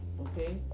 okay